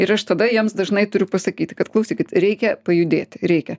ir aš tada jiems dažnai turiu pasakyti kad klausykit reikia pajudėti reikia